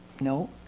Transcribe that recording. no